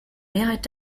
mehrheit